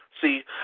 See